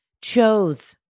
chose